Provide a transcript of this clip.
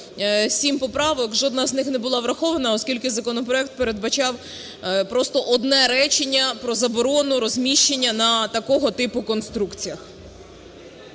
7 поправок, жодна з них не була врахована, оскільки законопроект передбачав просто одне речення про заборону розміщення на такого типу конструкціях.